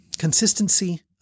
Consistency